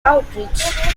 outreach